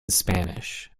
spanish